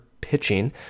pitching